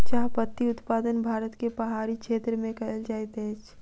चाह पत्ती उत्पादन भारत के पहाड़ी क्षेत्र में कयल जाइत अछि